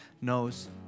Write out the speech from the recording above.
knows